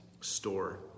store